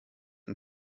ein